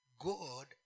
God